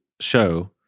show